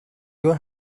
your